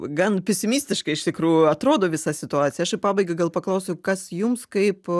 gan pesimistiškai iš tikrųjų atrodo visa situacija aš į pabaigą gal paklausiu kas jums kaip